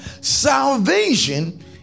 salvation